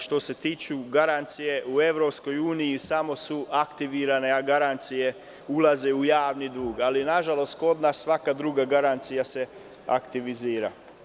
Što se tiče garancija u EU, samo su aktivirane, a garancije ulaze u javni dug, ali, nažalost, kod nas se svaka druga garancija aktivizira.